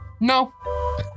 No